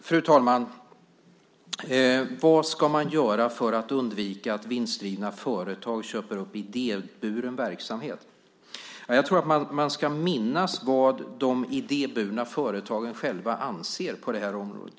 Fru talman! Vad ska man göra för att undvika att vinstdrivande företag köper upp idéburen verksamhet? Jag tror att man ska hålla i minnet vad de idéburna företagen själva anser på detta område.